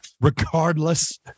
regardless